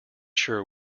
sure